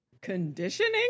conditioning